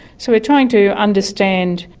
so we're trying to understand,